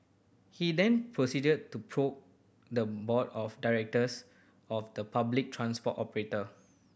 he then proceeded to poke the board of directors of the public transport operator